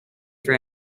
for